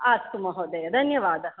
अस्तु महोदय धन्यवादः